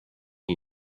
you